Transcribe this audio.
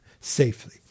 safely